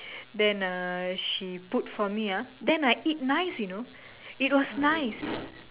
then uh she put for me ah then I eat nice you know it was nice